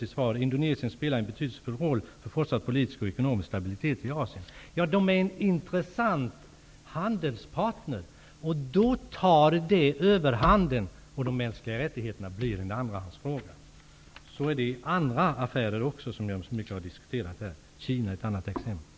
Han säger att ''Indonesien spelar en betydelsefull roll för fortsatt politisk och ekonomisk stabilitet i Indonesien är en intressant handelspartner, och då tar detta överhanden, och de mänskliga rättigheterna bli en andrahandsfråga. Så är det även i andra fall som har diskuterats här. Kina är ett exempel.